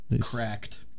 Cracked